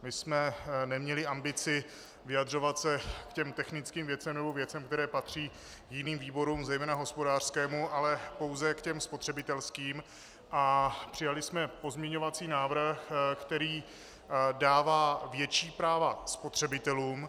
My jsme neměli ambici vyjadřovat se k těm technickým věcem nebo věcem, které patří jiným výborům, zejména hospodářskému, ale pouze k těm spotřebitelským a přijali jsme pozměňovací návrh, který dává větší práva spotřebitelům.